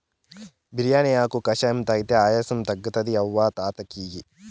బిర్యానీ ఆకు కషాయం తాగితే ఆయాసం తగ్గుతుంది అవ్వ తాత కియి